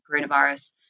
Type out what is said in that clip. coronavirus